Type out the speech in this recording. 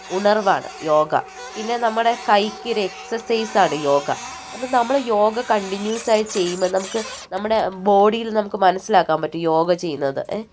ഉണർവാണ് യോഗ പിന്നെ നമ്മുടെ കൈക്ക് ഒരു എക്സസൈസാണ് യോഗ അപ്പം നമ്മൾ യോഗ കണ്ടിന്യൂസ് ആയി ചെയ്യുമ്പം നമുക്ക് നമ്മുടെ ബോഡീൽ നമുക്ക് മനസ്സിലാക്കാൻ പറ്റും യോഗ ചെയ്യുന്നത്